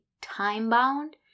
time-bound